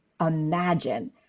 imagine